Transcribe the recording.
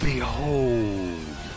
Behold